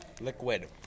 Liquid